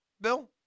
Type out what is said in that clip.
Bill